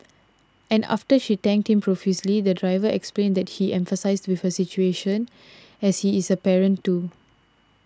and after she thanked him profusely the driver explained that he empathised with her situation as he is a parent too